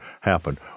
happen